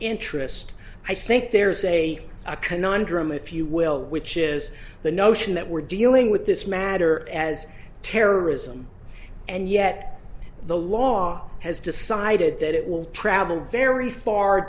interest i think there's a a conundrum if you will which is the notion that we're dealing with this matter as terrorism and yet the law has decided that it will travel very far